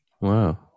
Wow